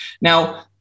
Now